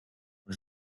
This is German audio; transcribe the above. und